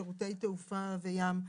שירותי תעופה וים.